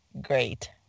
Great